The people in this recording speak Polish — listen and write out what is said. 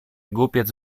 głupiec